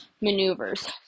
maneuvers